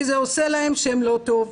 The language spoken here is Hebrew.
כי זה עושה להם שם לא טוב,